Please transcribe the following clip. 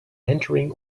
entering